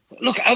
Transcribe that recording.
Look